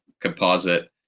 composite